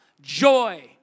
joy